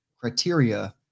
criteria